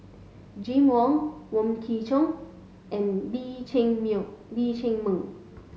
Jim Wong Wong Kwei Cheong and Lee Chiaw Lee Chiaw Meng